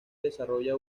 desarrolla